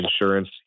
insurance